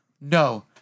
No